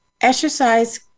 exercise